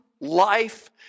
life